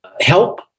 Help